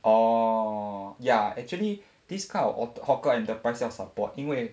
orh ya actually this kind of hawker enterprise 要 support 因为